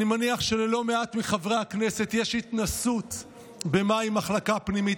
אני מניח שללא מעט מחברי הכנסת יש התנסות עם מחלקה פנימית.